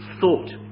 thought